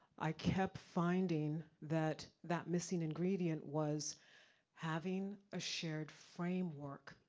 i kept finding that, that missing ingredient was having a shared framework,